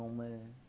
mm